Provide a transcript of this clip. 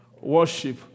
worship